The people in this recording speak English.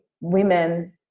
women